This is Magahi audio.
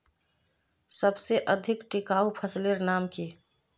सबसे अधिक टिकाऊ फसलेर नाम की?